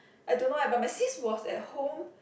I don't know eh but my sis was at home